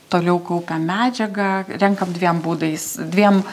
toliau kaupiam medžiagą renkam dviem būdais dviem